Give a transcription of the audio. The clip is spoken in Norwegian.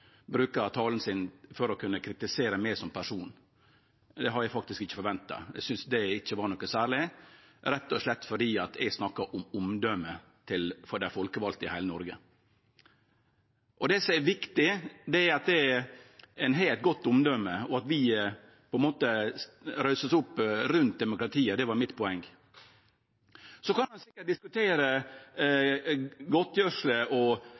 brukar talen sin på å kritisere meg som person. Det hadde eg faktisk ikkje forventa. Eg synest ikkje det var noko særleg, rett og slett fordi eg snakkar om omdømmet for dei folkevalde i heile Noreg. Det som er viktig, er at ein har eit godt omdømme, og at vi på ein måte står opp for demokratiet. Det var mitt poeng. Så kan ein sikkert diskutere godtgjersle og